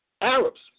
Arabs